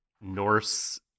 norse